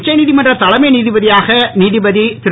உச்சநீதிமன்ற தலைமை நீதிபதியாக நீதிபதி திரு